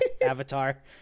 avatar